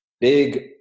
big